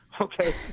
Okay